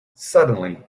suddenly